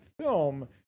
film